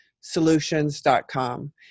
solutions.com